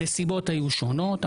הנסיבות היו שונות,